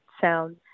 sound